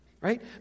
right